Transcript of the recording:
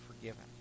forgiven